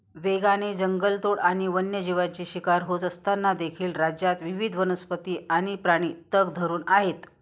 वेगाने जंगलतोड आणि वन्यजीवाचे शिकार होत असताना देखील राज्यात विविध वनस्पती आणि प्राणी तग धरून आहेत